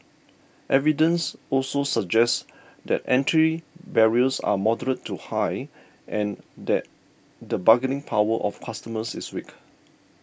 evidence also suggests that entry barriers are moderate to high and that the bargaining power of customers is weak